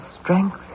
strength